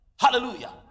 Hallelujah